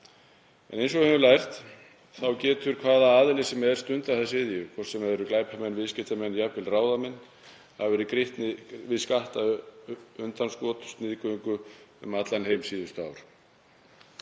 En eins og við höfum lært þá getur hvaða aðili sem er stundað þessa iðju, hvort sem það eru glæpamenn, viðskiptamenn eða jafnvel ráðamenn, og hafa verið gripnir við skattundanskot, sniðgöngu um allan heim síðustu ár.